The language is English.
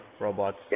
robots